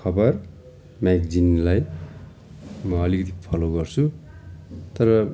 खबर म्यागजिनलाई म अलिकति फलो गर्छु तर